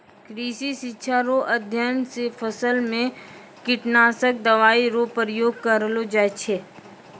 कृषि शिक्षा रो अध्ययन से फसल मे कीटनाशक दवाई रो प्रयोग करलो जाय छै